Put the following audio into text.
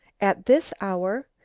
at this hour?